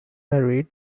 married